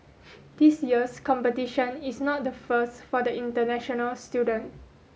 this year's competition is not the first for the international student